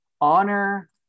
Honor